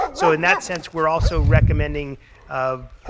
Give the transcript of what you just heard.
so in that sense we're also recommending um